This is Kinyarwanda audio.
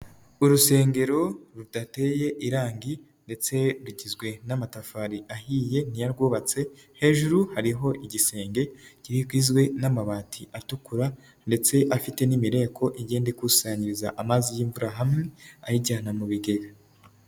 Urusengero rudateye irangi ndetse rugizwe n'amatafari ahiye niyo arwubatse hejuru hariho igisenge kirigizwe n'amabati atukura, ndetse afite n'imireko igenda ikusanyiriza amazi y'imvura hamwe ayijyana mu bigega.